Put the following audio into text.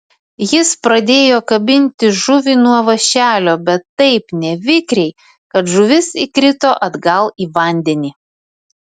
jis pradėjo kabinti žuvį nuo vąšelio bet taip nevikriai kad žuvis įkrito atgal į vandenį